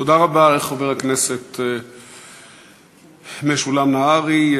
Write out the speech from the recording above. תודה רבה לחבר הכנסת משולם נהרי.